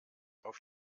auf